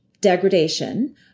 degradation